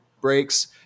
breaks